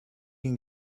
can